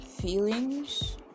feelings